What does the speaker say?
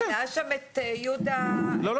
אבל היה שם את יהודה --- לא,